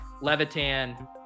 Levitan